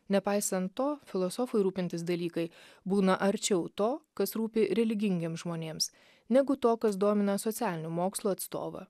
nepaisant to filosofui rūpintis dalykai būna arčiau to kas rūpi religingiems žmonėms negu to kas domina socialinių mokslų atstovą